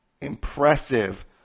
impressive